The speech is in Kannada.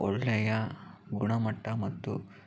ಒಳ್ಳೆಯ ಗುಣಮಟ್ಟ ಮತ್ತು